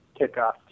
kickoff